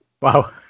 Wow